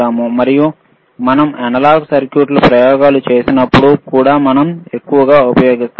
మరియు మనం అనలాగ్ సర్క్యూట్ల ప్రయోగాలు చేసినప్పుడు కూడా మనం ఎక్కువగా ఉపయోగిస్తాము